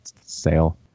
sale